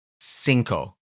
cinco